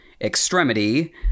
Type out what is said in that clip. extremity